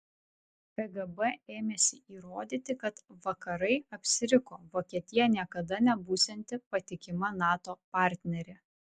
kgb ėmėsi įrodyti kad vakarai apsiriko vokietija niekada nebūsianti patikima nato partnerė